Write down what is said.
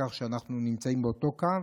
כך שאנחנו נמצאים באותו קו.